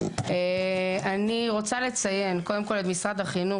אני רוצה לציין את משרד החינוך,